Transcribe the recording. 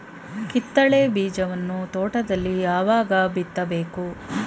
ಕಿತ್ತಳೆ ಬೀಜವನ್ನು ತೋಟದಲ್ಲಿ ಯಾವಾಗ ಬಿತ್ತಬೇಕು?